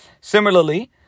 Similarly